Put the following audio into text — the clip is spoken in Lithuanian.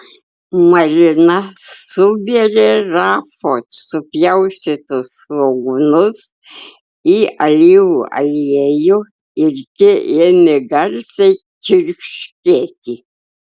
marina subėrė rafos supjaustytus svogūnus į alyvų aliejų ir tie ėmė garsiai čirškėti